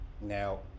Now